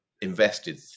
invested